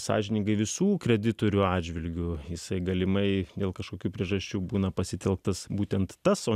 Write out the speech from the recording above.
sąžiningai visų kreditorių atžvilgiu jisai galimai dėl kažkokių priežasčių būna pasitelktas būtent tas o